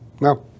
No